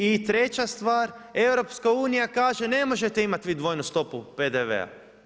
I treća stvar, EU kaže ne možete imati vi dvojnu stopu PDV-a.